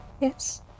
Yes